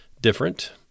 different